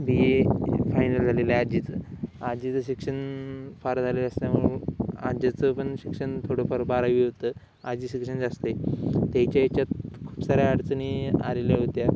B A final झालेलं आहे आजीचं आजीचं शिक्षण फार झालेलं असल्यामुळे आज्याचं पण शिक्षण थोडंफार बारावी होतं आजी शिक्षण जास्त आहे त्याच्या ह्याच्यात खूप साऱ्या अडचणी आलेल्या होत्या